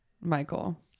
Michael